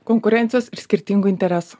konkurencijos ir skirtingų interesų